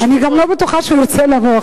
אני גם לא בטוחה שהוא ירצה לבוא,